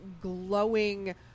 glowing